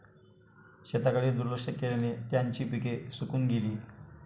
शेताकडे दुर्लक्ष केल्याने त्यांची पिके सुकून गेली